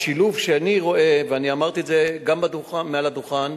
השילוב שאני רואה ואני אמרתי את זה גם מעל הדוכן,